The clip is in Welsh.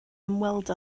ymweld